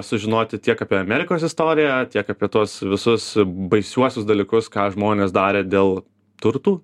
sužinoti tiek apie amerikos istoriją tiek apie tuos visus baisiuosius dalykus ką žmonės darė dėl turtų